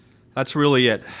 that's really it,